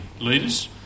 leaders